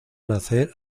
nacer